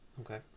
Okay